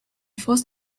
forced